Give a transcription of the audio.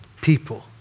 people